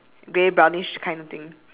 just now what difference you want to say ya about